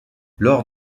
lors